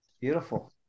Beautiful